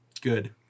Good